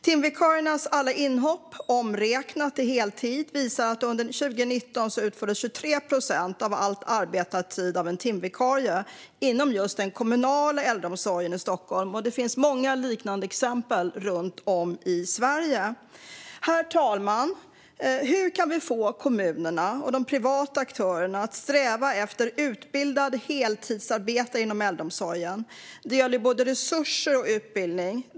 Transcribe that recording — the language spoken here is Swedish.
Timvikariernas alla inhopp omräknat till heltid visar att under 2019 utfördes 23 procent av all arbetad tid av en timvikarie inom just den kommunala äldreomsorgen i Stockholm. Det finns många liknande exempel runt om i Sverige. Herr talman! Hur kan vi få kommunerna och de privata aktörerna att sträva efter att anställa utbildade heltidsarbetare inom äldreomsorgen? Det gäller både resurser och utbildning.